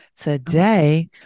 today